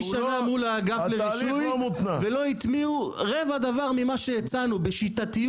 שנה מול האגף לרישוי ולא הטמיעו רבע דבר ממה שהצענו בשיטתיות,